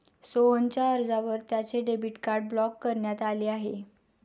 सोहनच्या अर्जावर त्याचे डेबिट कार्ड ब्लॉक करण्यात आले आहे